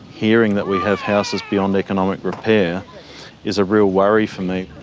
hearing that we have houses beyond economic repair is a real worry for me.